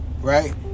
right